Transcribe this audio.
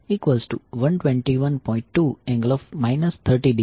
2∠ 30° હશે